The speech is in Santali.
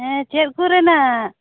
ᱦᱮᱸ ᱪᱮᱫ ᱠᱚᱨᱮᱱᱟᱜ